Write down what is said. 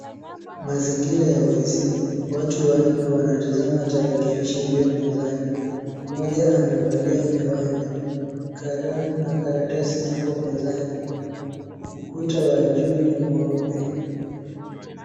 Mazingira ya ofiisni. Watu wanne wanataza tarakilishi iliyo mezani. Mmoja amevalia miwani. Kalamu na karatasi zipo mezani. Ukuta wa juu ni mweupe.